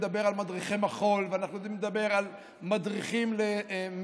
ואנחנו יודעים לדבר על מדריכי מחול,